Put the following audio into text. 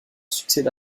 succède